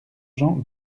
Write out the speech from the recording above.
jean